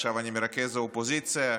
עכשיו אני מרכז האופוזיציה,